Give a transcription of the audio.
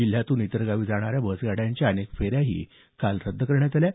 जिल्ह्यातून इतर गावी जाणाऱ्या बस गाड्यांच्या अनेक फेऱ्याही रद्द करण्यात आल्या आहेत